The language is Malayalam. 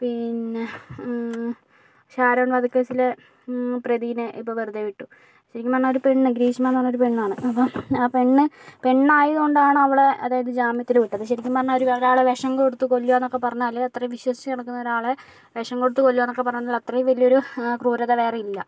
പിന്നെ ഷാരോൺ വധ കേസിലെ പ്രതിനെ ഇപ്പോൾ വെറുതെ വിട്ടു ശരിക്കും പറഞ്ഞാൽ ഒരു പെണ്ണ് ഗ്രീഷ്മ എന്ന് പറഞ്ഞ ഒരു പെണ്ണാണ് അപ്പോൾ ആ പെണ്ണ് പെണ്ണായതുകൊണ്ടാണ് അവളെ അതായത് ജാമ്യത്തില് വിട്ടത് ശരിക്കും പറഞ്ഞാൽ ഒര് ഒരാളെ വിഷം കൊടുത്ത് കൊല്ലുക എന്നൊക്കെ പറഞ്ഞാൽ അല്ലെങ്കിൽ അത്രയും വിശ്വസിച്ച് നടക്കുന്ന ഒരാളെ വിഷം കൊടുത്ത് കൊല്ലുക എന്നൊക്കെ പറഞ്ഞാൽ അത്രയും വലിയൊരു ക്രൂരത വേറെ ഇല്ല